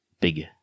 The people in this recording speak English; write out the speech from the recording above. big